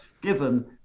given